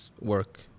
work